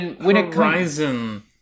Horizon